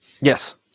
Yes